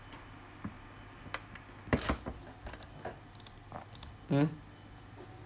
hmm